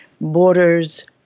Borders